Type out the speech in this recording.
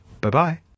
Bye-bye